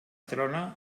trona